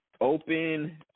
Open